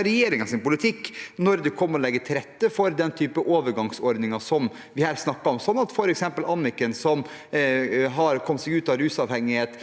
er regjeringens politikk når det gjelder å legge til rette for den type overgangsordninger som vi her snakker om, sånn at f.eks. Anniken, som har kommet seg ut av rusavhengighet,